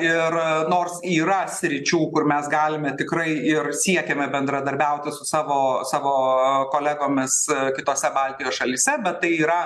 ir nors yra sričių kur mes galime tikrai ir siekiame bendradarbiauti su savo savo kolegomis kitose baltijos šalyse bet tai yra